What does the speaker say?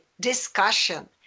discussion